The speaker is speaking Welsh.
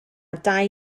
dau